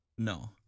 No